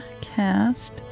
cast